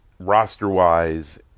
Roster-wise